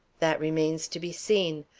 that remains to be seen.